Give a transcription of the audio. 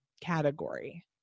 category